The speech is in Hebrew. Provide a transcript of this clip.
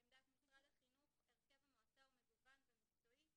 לעמדת משרד החינוך הרכב המועצה הוא מגוון ומקצועי